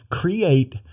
create